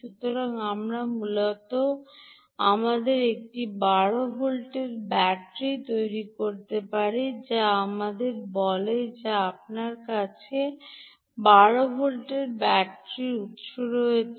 সুতরাং আমরা মূলত আমাদের একটি 12 ভোল্টের ব্যাটারি তৈরি করতে পারি তা আমাদের বলি যে আপনার কাছে 12 ভোল্টের ব্যাটারি উত্স রয়েছে